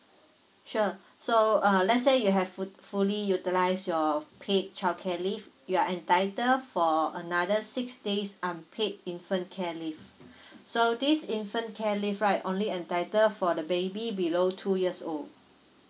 sure so uh let's say you have fu~ fully utilised your paid childcare leave you are entitled for another six days unpaid infant care leave so this infant care leave right only entitle for the baby below two years old